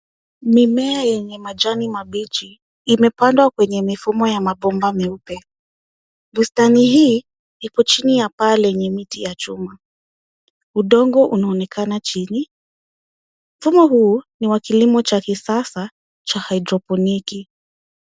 Mimea yenye majani mabichi imepandwa kwenye mifumo ya mabomba meupe. Bustani hii ipo chini ya paa lenye miti ya chuma. Udongo unaonekana chini. Fumo huu ni wakilimo cha kisasa cha haidroponiki.